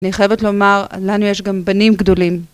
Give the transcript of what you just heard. אני חייבת לומר, לנו יש גם בנים גדולים.